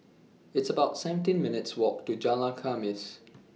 It's about seventeen minutes' Walk to Jalan Khamis